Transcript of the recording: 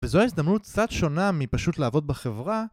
וזו ההזדמנות קצת שונה מפשוט לעבוד בחברה